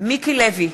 מיקי לוי,